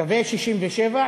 קווי 67',